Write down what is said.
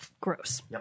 gross